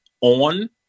on